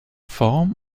form